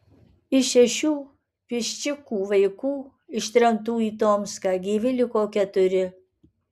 iš šešių piščikų vaikų ištremtų į tomską gyvi liko keturi